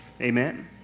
Amen